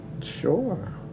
Sure